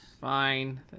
Fine